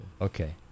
Okay